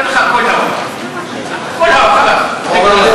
אני מזמין את השר נפתלי בנט להתעמת עם הדברים שאני אמרתי.